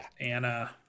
anna